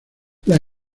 las